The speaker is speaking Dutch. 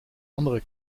andere